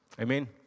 Amen